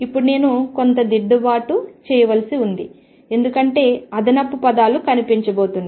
ఇప్పుడు నేను కొంత దిద్దుబాటు చేయవలసి ఉంది ఎందుకంటే అదనపు పదాలు కనిపించబోతున్నాయి